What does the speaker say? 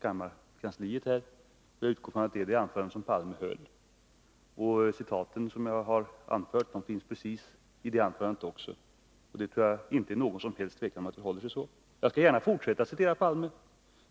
kammarkansliet, och jag utgår från att det är det anförande som Olof Palme höll. De citat jag har gjort finns i anförandet. Det är ingen som helst tvekan om att det förhåller sig så. Jag skall gärna fortsätta att citera Palme.